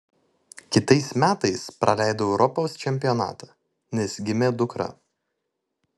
kitais metais praleidau europos čempionatą nes gimė dukra